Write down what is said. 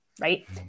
right